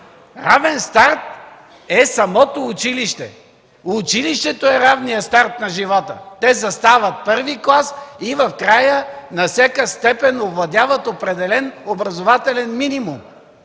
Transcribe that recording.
равен старт е самото училище. Училището е равният старт на живота. Те застават първи клас и в края на всяка степен овладяват определен образователен минимум.